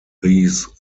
these